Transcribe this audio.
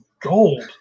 gold